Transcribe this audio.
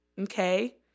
Okay